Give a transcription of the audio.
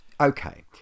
Okay